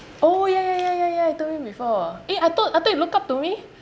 oh ya ya ya ya ya you told me before eh I thought I thought you look up to me